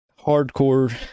hardcore